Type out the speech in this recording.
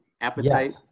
Appetite